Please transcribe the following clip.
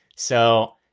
so,